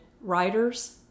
writers